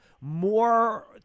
more